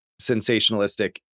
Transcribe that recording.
sensationalistic